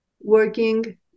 working